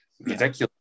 ridiculous